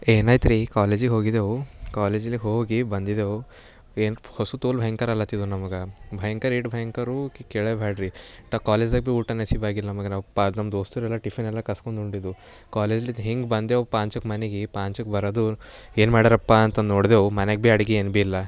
ಏನಾಯ್ತುರಿ ಕಾಲೇಜಿಗೆ ಹೋಗಿದ್ದೆವು ಕಾಲೇಜಿಲೆ ಹೋಗಿ ಬಂದಿದ್ದೆವು ಏನು ಹಸು ತೋಲು ಭಯಂಕರಲ್ಲತಿದ್ದು ನಮಗೆ ಭಯಂಕರಿಟ್ಟು ಭಯಂಕರವು ಕೇಳಬೇಡ್ರಿ ಟ ಕಾಲೇಜ್ದಾಗ್ ಭಿ ಊಟ ನಸೀಬಾಗಿಲ್ಲ ನಮ್ಗೆ ನಾವು ಪ ನಮ್ಮ ದೋಸ್ತರೆಲ್ಲ ಟಿಫಿನೆಲ್ಲ ಕಸ್ಕೊಂಡು ಉಂಡಿದ್ದು ಕಾಲೇಜಲ್ಲಿದ್ ಹಿಂಗ್ ಬಂದೆವು ಪಾಂಚಕ್ ಮನಿಗೆ ಪಾಂಚಕ್ಕೆ ಬರದು ಏನು ಮಾಡ್ಯಾರಪ್ಪ ಅಂತ ನೋಡಿದೆವು ಮನ್ಯಾಗ ಭಿ ಅಡಿಗಿ ಏನು ಭಿ ಇಲ್ಲ